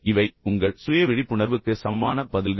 எனவே இவை உங்கள் சுய விழிப்புணர்வுக்கு சமமான பதில்கள்